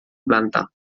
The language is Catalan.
planta